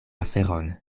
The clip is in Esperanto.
aferon